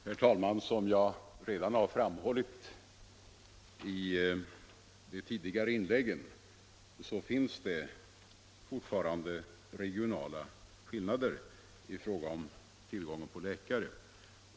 Herr talman! Som jag redan har framhållit finns det fortfarande regionala skillnader i fråga om tillgången på läkare.